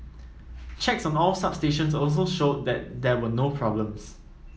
checks on all substations also showed that there were no problems